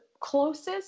closest